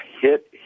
hit